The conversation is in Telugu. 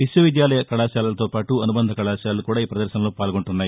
విశ్వవిద్యాలయ కళాశాలలతో పాటు అనుబంధ కళాశాలలు కూడా ఈ పదర్శనలో పాల్గొంటున్నాయి